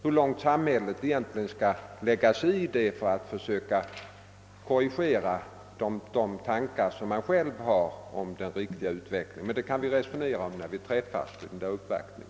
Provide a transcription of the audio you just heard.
Hur långt samhället i detta sammanhang skall ingripa för att försöka korrigera de tankar som vederbörande själva har om den riktiga utvecklingen, kan vi alltså resonera om när vi träffas vid uppvaktningen.